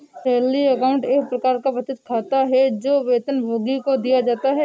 salary account एक प्रकार का बचत खाता है, जो वेतनभोगी को दिया जाता है